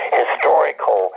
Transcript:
historical